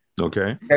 Okay